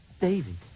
David